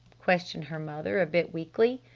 questioned her mother a bit weakly.